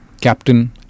Captain